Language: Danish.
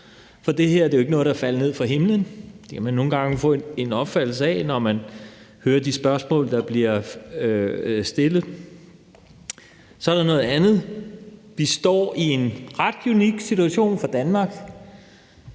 for det her jo ikke noget, der er faldet ned fra himlen. Det kan man nogle gange få en opfattelse af, når man hører de spørgsmål, der bliver stillet. Så er der noget andet. Vi står i en ret unik situation for Danmark.